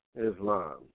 Islam